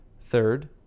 Third